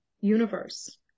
universe